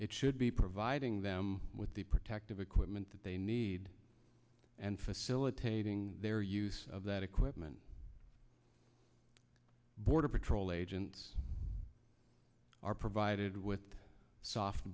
it should be providing them with the protective equipment that they need and facilitating their use of that equipment border patrol agents are provided with soft